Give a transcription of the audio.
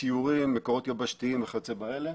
סיורים, מקורות יבשתיים וכיוצא באלה.